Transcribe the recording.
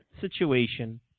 situation